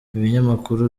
ibinyamakuru